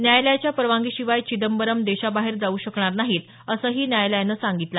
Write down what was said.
न्यायालयाच्या परवानगीशिवाय चिदंबरम देशाबाहेर जाऊ शकणार नाहीत असं न्यायालयानं सांगितलं